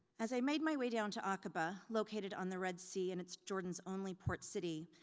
as i made my way down to aqaba, located on the red sea, and it's jordan's only port city,